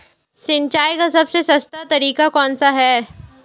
सिंचाई का सबसे सस्ता तरीका कौन सा है?